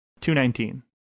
$2.19